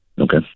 Okay